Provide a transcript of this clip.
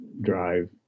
drive